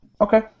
okay